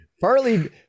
partly